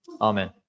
Amen